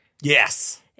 Yes